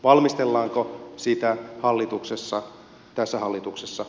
valmistellaanko sitä jo tässä hallituksessa